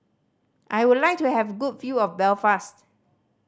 I would like to have a good view of Belfast